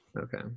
Okay